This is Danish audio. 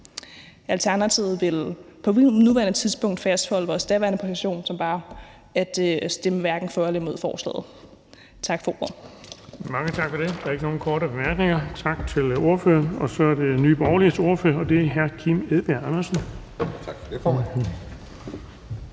Alternativet vil på nuværende tidspunkt fastholde vores daværende position, som var at stemme hverken for eller imod forslaget. Tak for ordet. Kl. 16:39 Den fg. formand (Erling Bonnesen): Mange tak for det. Der er ikke nogen korte bemærkninger. Tak til ordføreren. Så er det Nye Borgerliges ordfører, og det er hr. Kim Edberg Andersen. Kl.